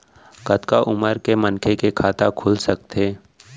कतका उमर के मनखे के खाता खुल सकथे?